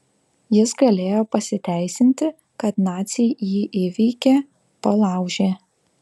jis galėjo pasiteisinti kad naciai jį įveikė palaužė